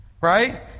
Right